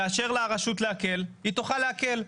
תאשר לה הרשות להקל, היא תוכל להקל.